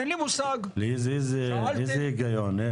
איזה היגיון?